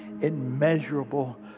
immeasurable